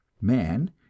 man